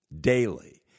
daily